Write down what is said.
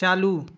चालू